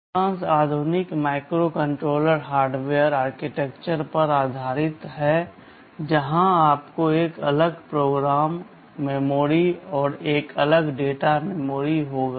अधिकांश आधुनिक microcontroller hardware architecture पर आधारित हैं जहां आपको एक अलग प्रोग्राम मेमोरी और एक अलग डेटा मेमोरी होगी